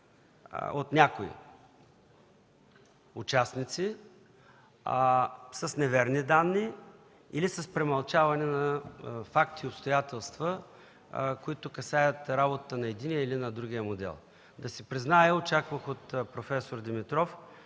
от някои участници с неверни данни или с премълчаване на факти и обстоятелства, касаещи работата на единия или на другия модел. Да си призная очаквах от проф. Димитров